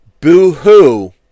boo-hoo